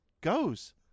goes